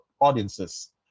audiences